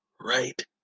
Right